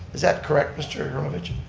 is that correct, mr. herlovich?